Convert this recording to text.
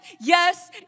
yes